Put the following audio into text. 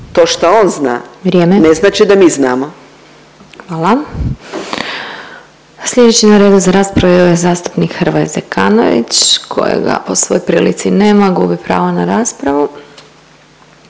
**Glasovac, Sabina (SDP)** Hvala. Slijedeći na redu za raspravu je zastupnik Hrvoje Zekanović kojega po svoj prilici nema, gubi pravo na raspravu.